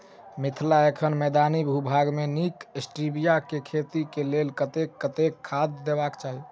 मिथिला एखन मैदानी भूभाग मे नीक स्टीबिया केँ खेती केँ लेल कतेक कतेक खाद देबाक चाहि?